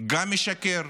גם משקר,